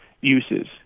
uses